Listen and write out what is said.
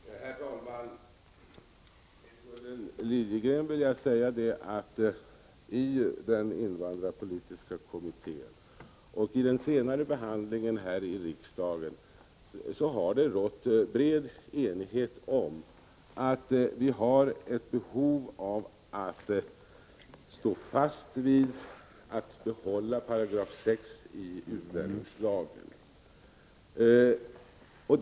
Herr talman! Till Gunnel Liljegren vill jag säga att i den invandrarpolitiska kommittén och i den senare behandlingen här i riksdagen har bred enighet rått om att vi skall behålla 6 § i utlänningslagen.